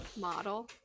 model